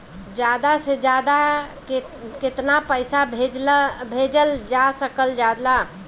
ज्यादा से ज्यादा केताना पैसा भेजल जा सकल जाला?